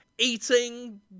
Eating